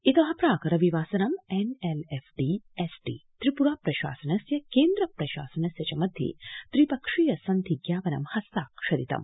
जि प्राक् रविवासरे N L F T S D Tripura प्रशासनस्य केन्द्र प्रशासनस्य च मध्ये त्रि पक्षीय सन्धि ज्ञापनम् हस्ताक्षरितम्